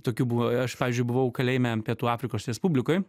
tokių buvo aš pavyzdžiui buvau kalėjime pietų afrikos respublikoj